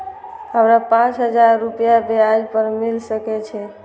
हमरा पाँच हजार रुपया ब्याज पर मिल सके छे?